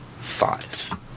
Five